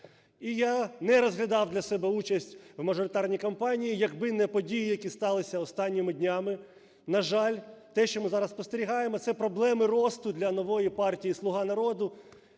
І я не розглядав для себе участь в мажоритарній кампанії, якби не події, які сталися останніми днями. На жаль, те, що ми зараз спостерігаємо – це проблеми росту для нової партії "Слуга народу",